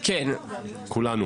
כולנו.